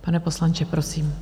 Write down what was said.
Pane poslanče, prosím.